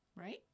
right